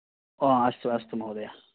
ओ अस्तु अस्तु महोदय